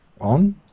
on